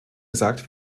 gesagt